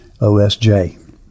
OSJ